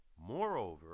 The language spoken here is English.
Moreover